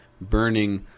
burning